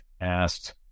asked